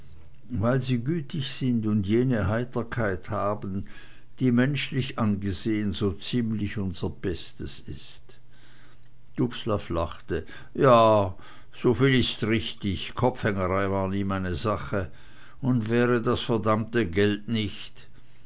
weil sie gütig sind und jene heiterkeit haben die menschlich angesehn so ziemlich unser bestes ist dubslav lachte ja soviel ist richtig kopfhängerei war nie meine sache und wäre das verdammte geld nicht